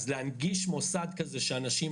לגבי מערכת הבריאות, ההסדר הוא אחר.